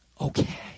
okay